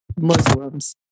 Muslims